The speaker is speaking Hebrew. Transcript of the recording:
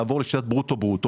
לעבור לשיטת ברוטו-ברוטו,